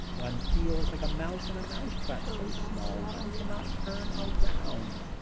one feels like a mouse in a mouse-trap so small one cannot turn around.